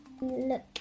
look